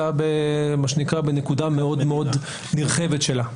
אלא בנקודה מאוד מאוד נרחבת שלה.